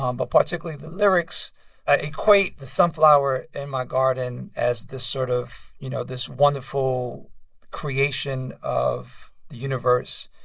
um but particularly, the lyrics i equate the sunflower in my garden as this sort of, you know, this wonderful creation of the universe.